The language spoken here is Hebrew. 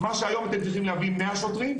מה שהיום אתם צריכים להביא 100 שוטרים,